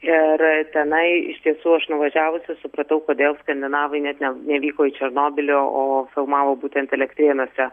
ir tenai iš tiesų aš nuvažiavusi supratau kodėl skandinavai net ne nevyko į černobylio o filmavo būtent elektrėnuose